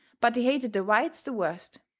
but he hated the whites the worst.